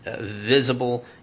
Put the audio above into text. visible